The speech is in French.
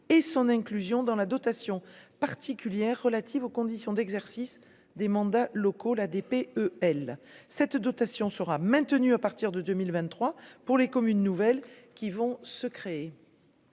et son inclusion dans la dotation particulière relative aux conditions d'exercice des mandats locaux la DP E L cette dotation sera maintenu à partir de 2023 pour les communes nouvelles qui vont se créer.